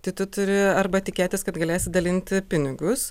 tai tu turi arba tikėtis kad galėsi dalinti pinigus